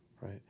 Right